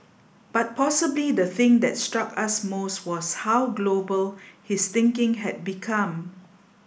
but possibly the thing that struck us most was how global his thinking has become